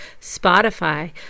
Spotify